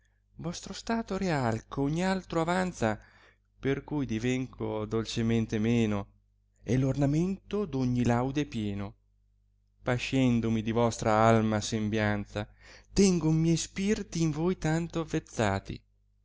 vostro stato real eh ogn altro avanza per cui divengo dolcemente meno e l'ornamento d'ogni laude pieno pascendomi di vostra alma sembianza tengon miei spirti in voi tanto avezzati